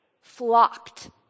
flocked